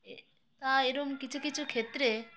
এ তা এরম কিছু কিছু ক্ষেত্রে